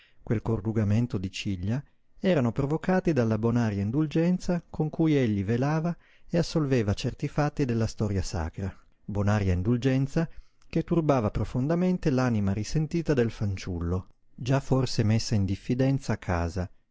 quel corrugamento di ciglia erano provocati dalla bonaria indulgenza con cui egli velava e assolveva certi fatti della storia sacra bonaria indulgenza che turbava profondamente l'anima risentita del fanciullo già forse messa in diffidenza a casa